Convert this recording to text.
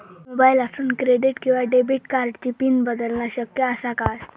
मोबाईलातसून क्रेडिट किवा डेबिट कार्डची पिन बदलना शक्य आसा काय?